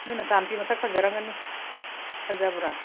ꯅꯣꯏ ꯅꯆꯥꯅꯨꯄꯤ ꯃꯁꯛ ꯐꯖꯔꯝꯒꯅꯤ ꯐꯖꯕ꯭ꯔ